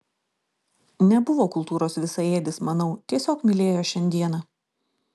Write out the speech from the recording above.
nebuvo kultūros visaėdis manau tiesiog mylėjo šiandieną